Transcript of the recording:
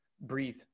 breathe